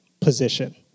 position